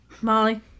Molly